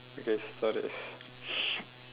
okay stories